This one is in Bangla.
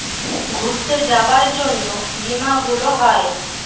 ঘুরতে যাবার জন্য বীমা গুলো হয়